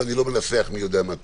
אז אני לא מנסח מי יודע מה טוב,